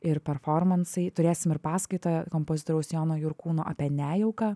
ir performansai turėsim ir paskaitą kompozitoriaus jono jurkūno apie nejauką